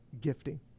gifting